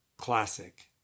classic